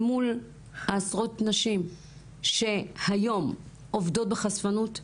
אל מול עשרות הנשים שהיום עובדות בחשפנות,